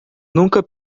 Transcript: nunca